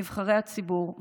נבחרי הציבור,